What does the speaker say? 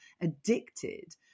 addicted